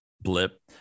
blip